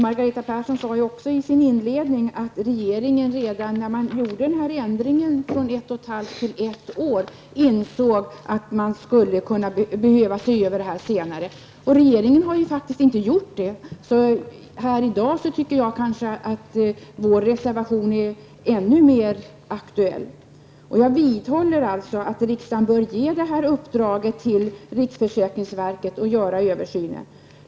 Margareta Persson sade i sin inledning att regeringen redan när den gjorde ändringen från ett och ett halvt år till ett år insåg att man skulle kunna behöva se över frågan senare. Regeringen har faktiskt inte gjort det. I dag tycker jag att vår reservation är än mer aktuell. Jag vidhåller alltså att riksdagen bör ge riksförsäkringsverket i uppdrag att göra en översyn.